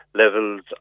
levels